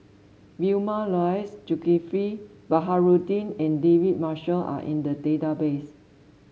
Vilma Laus Zulkifli Baharudin and David Marshall are in the database